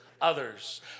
others